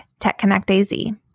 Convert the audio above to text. TechConnectAZ